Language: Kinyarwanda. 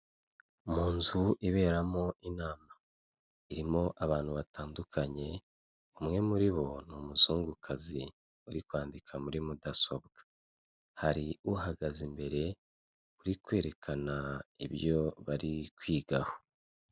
Mu nzu iberamo inama, irimo abantu batandukanye, umwe muri bo ni umuzungukazi, uri kwandika muri mudasobwa. Hari uhagaze imbere, uri kwerekana ibyo bari kwigaho.